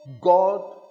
God